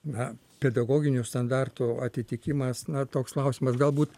na pedagoginių standartų atitikimas na toks klausimas galbūt